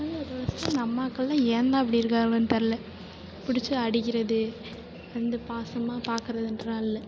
பசங்க இருக்கற பஸ்ஸில் இந்த அம்மாக்கள்லாம் ஏன்தான் இப்படி இருக்காங்களோனு தெரில பிடிச்சி அடிக்கிறது வந்து பாசமாக பார்க்கறதுன்றதுலாம் இல்லை